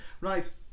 Right